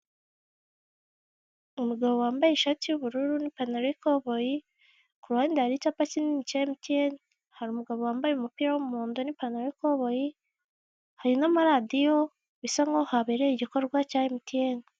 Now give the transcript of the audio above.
Umugabo wambaye ishati y'ubururu n'ipantaro y'ikoboyi, ku ruhande hari icyapa kinini cya emutiyene, hari umugabo wambaye umupira w'umuhondo n'ipantaro y'ikoboyi, hari n'amaradiyo, bisa nk'aho habereye igikorwa cya emutiyene.